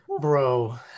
bro